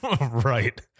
Right